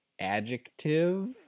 adjective